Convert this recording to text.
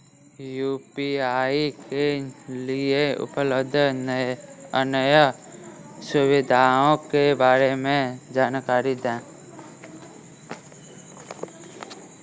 UPI के लिए उपलब्ध अन्य सुविधाओं के बारे में जानकारी दें?